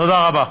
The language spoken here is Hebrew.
תודה רבה.